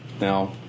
Now